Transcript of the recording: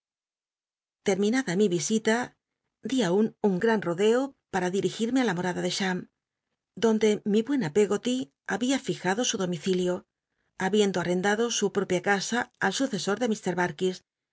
l'erminada mí visita di aun un gran rodeo para dirigirme ti la morada de cham donde mi buena peggoly babia fijado su domicilio habiendo arrendado su propia casa al sucesor de